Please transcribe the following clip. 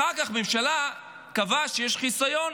אחר כך הממשלה קבעה שיש חיסיון,